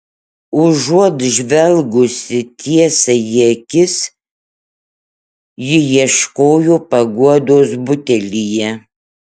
užuot žvelgusi tiesai į akis ji ieškojo paguodos butelyje